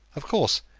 of course,